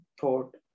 thought